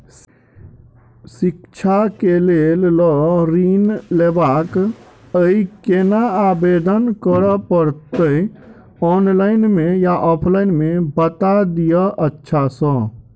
शिक्षा केँ लेल लऽ ऋण लेबाक अई केना आवेदन करै पड़तै ऑनलाइन मे या ऑफलाइन मे बता दिय अच्छा सऽ?